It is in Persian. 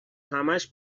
همش